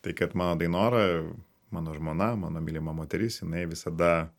tai kad mano dainora mano žmona mano mylima moteris jinai visada